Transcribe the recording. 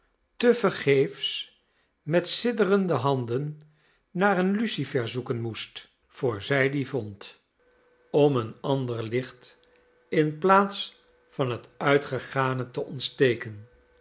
vergeefs met sidderende handen naar een lucifer zoeken moest voor zij dien vond om een ander licht in plaats van het uitgegane te ontsteken